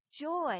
joy